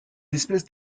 espèces